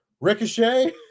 Ricochet